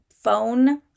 phone